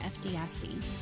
FDIC